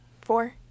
four